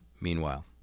Meanwhile